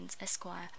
Esquire